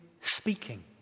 speaking